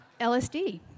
LSD